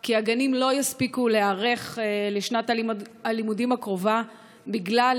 כי הגנים לא יספיקו להיערך לשנת הלימודים הקרובה בגלל,